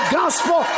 gospel